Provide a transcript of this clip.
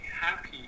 happy